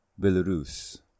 Belarus